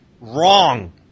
wrong